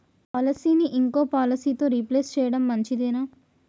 పాలసీని ఇంకో పాలసీతో రీప్లేస్ చేయడం మంచిదేనా?